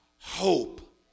hope